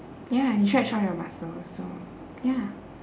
ya and stretch all your muscles also